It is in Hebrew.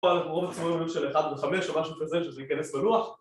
פה אנחנו רואים את ציבורים של 1 ו-5 ומשהו אחרי זה שזה ייכנס בלוח